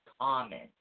common